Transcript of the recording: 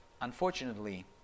unfortunately